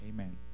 Amen